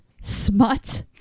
Smut